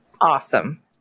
Awesome